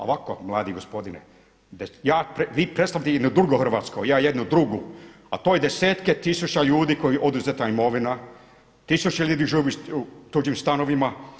Ovako mladi gospodine, vi predstavljate jedno drugo hrvatsko, ja jednu drugu, a to je desetke tisuća ljudi kojima je oduzeta imovina, tisuće ljudi živi u tuđim stanovima.